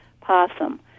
possum